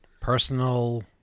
personal